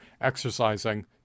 exercising